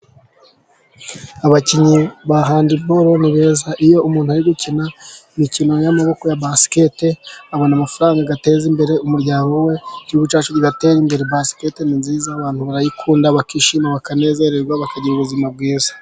Abakinnyi ba handiboro ni beza, iyo umuntu ari gukina imikino y'amaboko ya baskete abona amafaranga, agateza imbere umuryango we, igihugu cyacu kigatera imbere. Baskete ni nziza, abantu barayikunda, bakishima bakanezerwa, bakagira ubuzima bwiza.